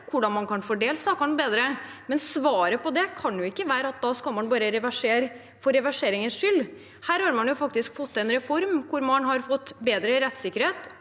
hvordan man kan fordele sakene bedre, men svaret på det kan jo ikke være at man skal reversere bare for reverseringens skyld. Her har man faktisk fått en reform hvor man har fått bedre rettssikkerhet.